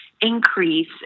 increase